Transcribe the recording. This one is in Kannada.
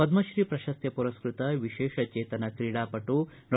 ಪದ್ಮಶ್ರೀ ಪ್ರಶಸ್ತಿ ಪುರಸ್ಕೃತ ವಿಶೇಷ ಚೇತನ ಕ್ರೀಡಾ ಪಟು ಡಾ